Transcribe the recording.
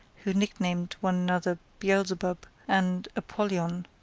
who nicknamed one another beelzebub and apollyon,